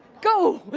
go!